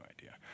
idea